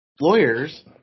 lawyers